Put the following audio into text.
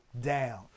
down